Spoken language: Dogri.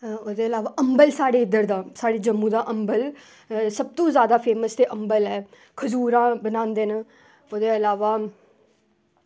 ओह्दे इलावा अम्बल साढ़े इद्धर दा साढ़े जम्मू दा अम्बल सब तू जादा फेमस अम्बल ऐ खजूरां बनांदे न ते एह्दे इलावा